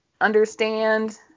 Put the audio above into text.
understand